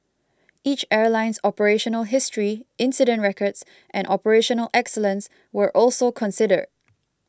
each airline's operational history incident records and operational excellence were also considered